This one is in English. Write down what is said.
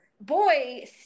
boy